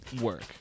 work